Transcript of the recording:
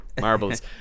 marbles